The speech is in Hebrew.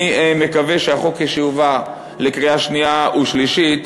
אני מקווה שהחוק, כשיובא לקריאה שנייה ושלישית,